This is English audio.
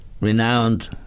renowned